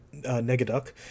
Negaduck